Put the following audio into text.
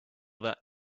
that